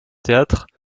théâtres